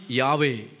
Yahweh